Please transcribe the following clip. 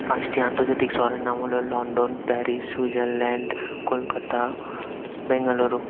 পাঁচটি আন্তর্জাতিক শহরের নাম হল London Paris Switzerland Kolkata Bengaluru